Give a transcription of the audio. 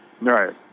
Right